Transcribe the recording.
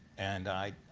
and i